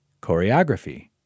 Choreography